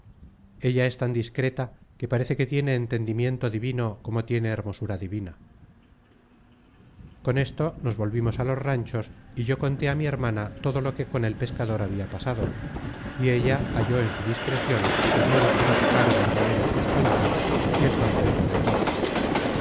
ella es tan discreta que parece que tiene entendimiento divino content from google book search generated at como tiene hermosura divina con esto nos volvimos á los ranchos y yo conté á mi hermana todo lo que con el pescador habia pasado y ella halló en su discrecion el modo como sacar verdaderas mis palabras y el contento de todos